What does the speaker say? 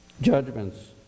judgments